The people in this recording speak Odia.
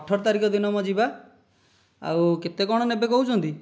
ଅଠର ତାରିଖ ଦିନ ମ ଯିବା ଆଉ କେତେକଣ ନେବେ କହୁଛନ୍ତି